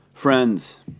Friends